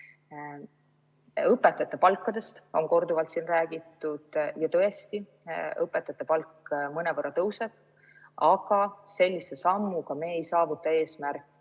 Õpetajate palgast on korduvalt räägitud. Tõesti, õpetajate palk mõnevõrra tõuseb, aga sellise sammuga me ei saavuta ka